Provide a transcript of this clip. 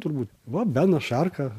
turbūt va benas šarka